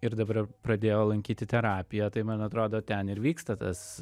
ir dabar jau pradėjau lankyti terapiją tai man atrodo ten ir vyksta tas